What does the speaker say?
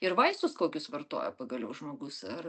ir vaistus kokius vartoja pagaliau žmogus ar